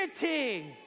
unity